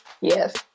Yes